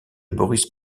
boris